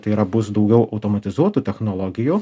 tai yra bus daugiau automatizuotų technologijų